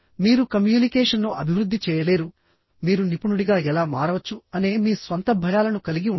మీరు కమ్యూనికేషన్ను అభివృద్ధి చేయలేరు మీరు నిపుణుడిగా ఎలా మారవచ్చు అనే మీ స్వంత భయాలను కలిగి ఉంటారు